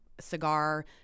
cigar